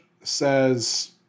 says